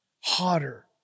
hotter